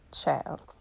child